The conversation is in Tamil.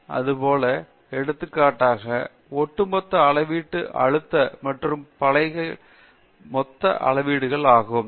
பேராசிரியர் டி ரெங்கநாதன் இதேபோல் எடுத்துக்காட்டாக ஒட்டுமொத்த அளவீட்டு அழுத்த மற்றும் பல வகையில் மொத்த அளவீடுகள் ஆகும்